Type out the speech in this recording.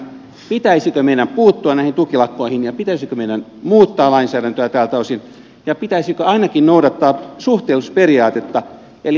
pitäisikö meidän puuttua näihin tukilakkoihin ja pitäisikö meidän muuttaa lainsäädäntöä tältä osin ja pitäisikö ainakin noudattaa suhteellisuusperiaatetta